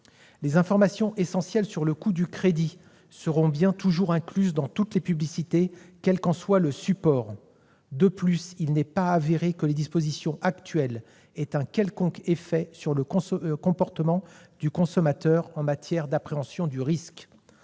Les informations essentielles sur le coût du crédit resteront bien incluses dans toutes les publicités, quel qu'en soit le support. De plus, il n'est pas avéré que les dispositions actuelles aient un quelconque effet sur le comportement du consommateur en matière d'appréhension du risque.